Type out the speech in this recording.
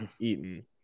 eaten